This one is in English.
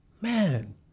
man